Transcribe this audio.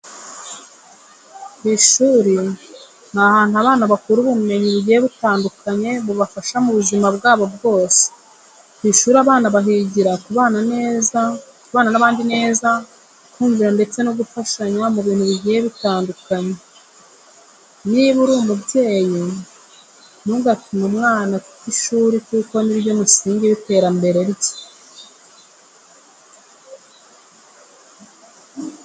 Ku ishuri ni ahantu abana bakura ubumenyi bugiye butandukanye bubafasha mu buzima bwabo bwose. Ku ishuri abana bahigira kubana n'abandi neza, kumvira ndetse no gufashanya mu bintu bigiye bitandukanye. Niba uri umubyeyi ntugatume umwana ata ishuri kuko ni ryo musingi w'iterambere rye.